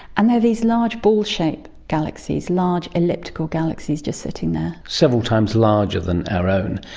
and there are these large ball shaped galaxies, large elliptical galaxies, just sitting there. several times larger than our own.